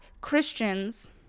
Christians